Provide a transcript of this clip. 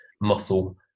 muscle